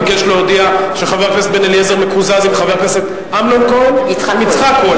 ביקש להודיע שחבר הכנסת בן-אליעזר מקוזז עם חבר הכנסת יצחק כהן,